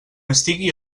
estigui